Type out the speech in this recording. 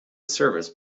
service